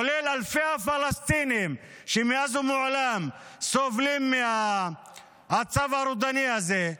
כולל על אלפי פלסטינים שמאז ומעולם סובלים מהצו הרודני הזה,